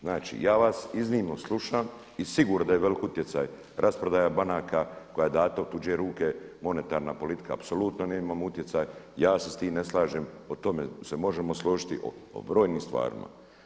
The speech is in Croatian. Znači ja vas iznimno slušam i sigurno da je velik utjecaj rasprodaja banaka koja je dana u tuđe ruke, monetarna politika apsolutno nemam utjecaj, ja se s tim ne slažem o tome se možemo složiti, o brojnim stvarima.